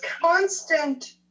constant